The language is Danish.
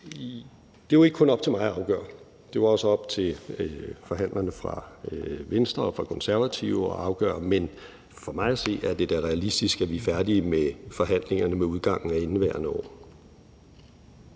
Det er jo ikke kun op til mig at afgøre. Det er jo også op til forhandlerne fra Venstre og fra Konservative at afgøre. Men for mig at se er det da realistisk, at vi er færdige med forhandlingerne med udgangen af indeværende år.